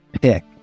pick